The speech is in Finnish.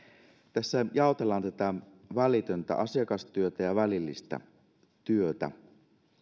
tässä jaotellaan välitöntä asiakastyötä ja välillistä työtä